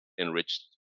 enriched